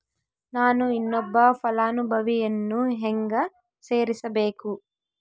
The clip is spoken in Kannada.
ನಾನು ಇನ್ನೊಬ್ಬ ಫಲಾನುಭವಿಯನ್ನು ಹೆಂಗ ಸೇರಿಸಬೇಕು?